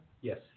Yes